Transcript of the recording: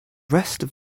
rest